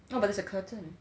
no but there's a curtain